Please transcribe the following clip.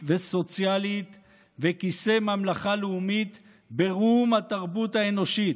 וסוציאלית וכיסא ממלכה לאומית ברום התרבות האנושית,